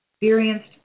experienced